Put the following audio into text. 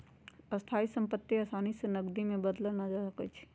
स्थाइ सम्पति असानी से नकदी में बदलल न जा सकइ छै